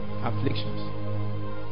Afflictions